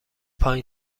پایین